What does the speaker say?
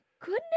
Goodness